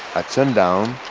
at sundown,